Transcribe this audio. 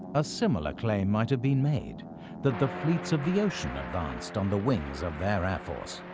a similar claim might've been made that the fleets of the ocean advanced on the wings of their air force.